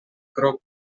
kroku